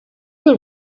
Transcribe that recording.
tym